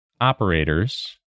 operators